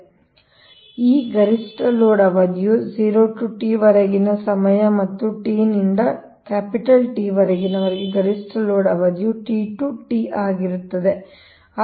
ಆದ್ದರಿಂದ ಈ ಗರಿಷ್ಠ ಲೋಡ್ ಅವಧಿಯು 0 ರಿಂದ t ವರೆಗಿನ ಸಮಯ ಮತ್ತು t ನಿಂದ T ವರೆಗಿನ ಗರಿಷ್ಠ ಲೋಡ್ ಅವಧಿಯು T t ಆಗಿರುತ್ತದೆ